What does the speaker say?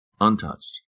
Untouched